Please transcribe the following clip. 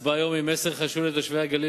ההצבעה היום היא מסר חשוב לתושבי הגליל